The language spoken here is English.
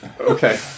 Okay